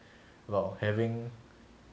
about having